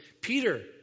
Peter